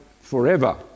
forever